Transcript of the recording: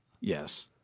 yes